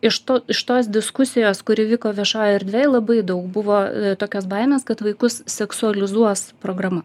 iš to iš tos diskusijos kuri vyko viešoje erdvėje labai daug buvo tokios baimės kad vaikus seksualizuos programa